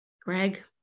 Greg